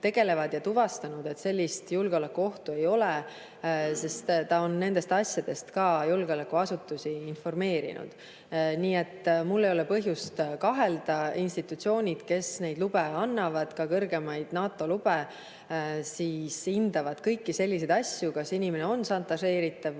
tegelevad. Ja nad on tuvastanud, et sellist julgeolekuohtu ei ole, sest ta on nendest asjadest ka julgeolekuasutusi informeerinud. Nii et mul ei ole põhjust kahelda. Institutsioonid, kes neid lube annavad, ka kõrgemaid NATO lube, hindavad kõiki selliseid asju, seda, kas inimene on šantažeeritav